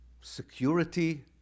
security